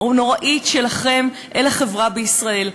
ונוראית שלכם אל החברה בישראל.